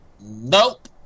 Nope